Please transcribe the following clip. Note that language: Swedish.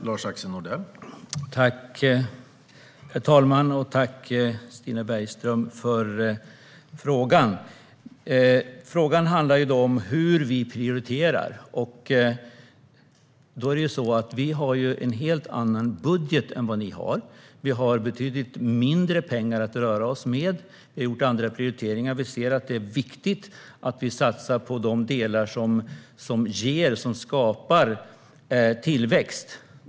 Herr talman! Tack, Stina Bergström, för frågan! Den handlade om hur vi prioriterar. Vi har ju en helt annan budget än vad ni har. Vi har betydligt mindre pengar att röra oss med, för vi har gjort andra prioriteringar. Vi anser att det är viktigt att satsa på de delar som skapar tillväxt.